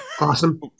awesome